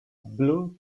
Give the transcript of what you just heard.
blue